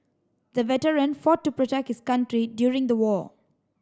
the veteran fought to protect his country during the war